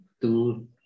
two